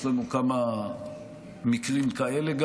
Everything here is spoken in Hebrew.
יש לנו גם כמה מקרים כאלה,